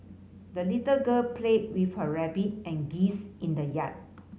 the little girl played with her rabbit and geese in the yard